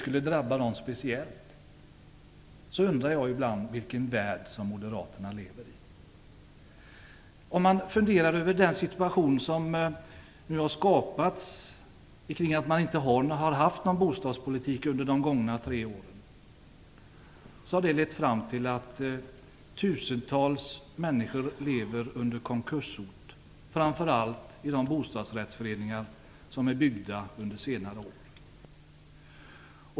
Jag undrar ibland vilken värld moderaterna lever i. Den situation som har skapats som en följd av att man inte har haft någon bostadspolitik under de gångna tre åren innebär att tusentals människor lever under konkurshot - framför allt i de bostadsrättsföreningar som är byggda under senare år.